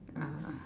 uh